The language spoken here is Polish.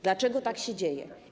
Dlaczego tak się dzieje?